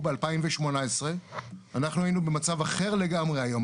ב-2018 אנחנו היינו במצב אחר לגמרי היום.